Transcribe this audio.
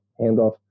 handoff